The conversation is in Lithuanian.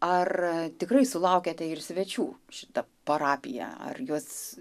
ar tikrai sulaukiate svečių šita parapija ar juos